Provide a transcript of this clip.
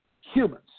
humans